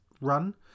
run